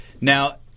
now